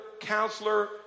counselor